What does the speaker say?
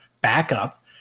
backup